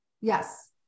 Yes